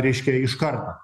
reiškia iš karto